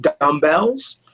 dumbbells